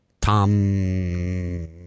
tom